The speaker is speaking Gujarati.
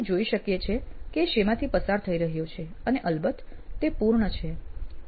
આપણે જોઈ શકીએ છીએ કે એ શેમાંથી પસાર થઇ રહ્યો છે અને અલબત્ત તે પૂર્ણ છે